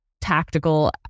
tactical